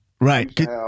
Right